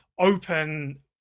open